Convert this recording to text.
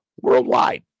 worldwide